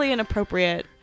inappropriate